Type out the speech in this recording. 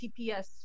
TPS